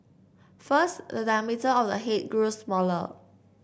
first the diameter of the head grew smaller